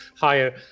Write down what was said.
higher